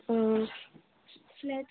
ꯑꯥ flat